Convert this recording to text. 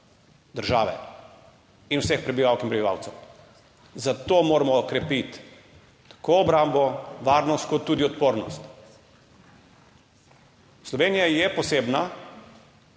države in vseh prebivalk in prebivalcev. Za to moramo okrepiti tako obrambo, varnost kot tudi odpornost. Slovenija je posebna